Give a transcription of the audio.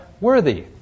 worthy